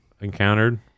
encountered